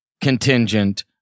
contingent